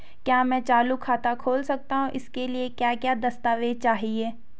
क्या मैं चालू खाता खोल सकता हूँ इसके लिए क्या क्या दस्तावेज़ चाहिए?